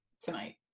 tonight